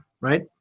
right